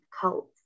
cult